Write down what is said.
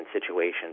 situations